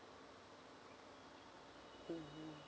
mmhmm